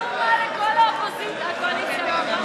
התשע"ה 2015, לא נתקבלה.